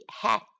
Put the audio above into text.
hat